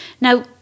Now